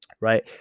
right